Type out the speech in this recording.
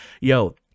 Yo